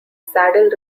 saddle